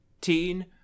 teen